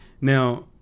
Now –